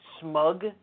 smug